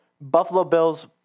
Buffalo-Bills